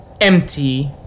empty